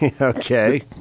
Okay